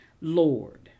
Lord